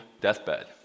deathbed